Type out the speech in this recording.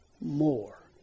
more